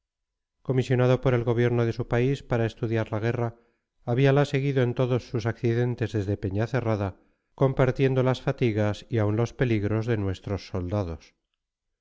comisionado por el gobierno de su país para estudiar la guerra habíala seguido en todos sus accidentes desde peñacerrada compartiendo las fatigas y aun los peligros de nuestros soldados